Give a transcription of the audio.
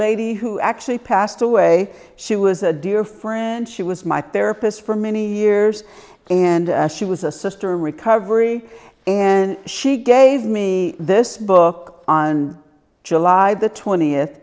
lady who actually passed away she was a dear friend she was my therapist for many years and she was a sister in recovery and she gave me this book on july the twentieth